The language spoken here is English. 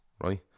right